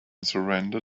surrender